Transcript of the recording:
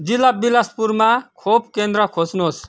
जिल्ला बिलासपुरमा खोप केन्द्र खोज्नोस्